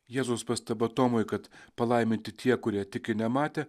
jėzaus pastaba tomui kad palaiminti tie kurie tiki nematę